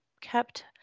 kept